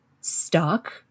stuck